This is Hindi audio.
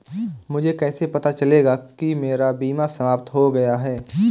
मुझे कैसे पता चलेगा कि मेरा बीमा समाप्त हो गया है?